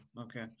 okay